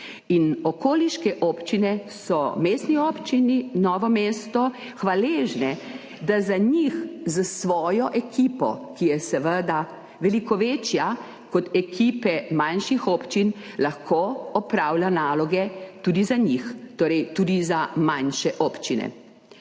okoliške občine so Mestni občini Novo mesto hvaležne, da lahko za njih s svojo ekipo, ki je seveda veliko večja kot ekipe manjših občin, opravlja naloge, torej tudi za manjše občine.